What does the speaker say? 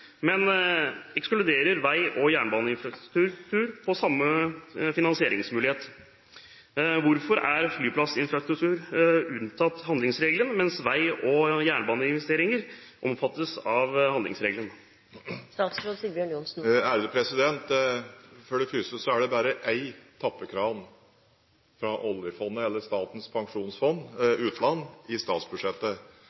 men ekskluderer vei- og jernbaneinfrastruktur fra samme finansieringsmulighet. Hvorfor er flyplassinfrastruktur unntatt handlingsregelen, mens vei- og jernbaneinfrastruktur omfattes av handlingsregelen?» Det er bare én tappekran fra oljefondet, eller Statens pensjonsfond utland, i statsbudsjettet. Det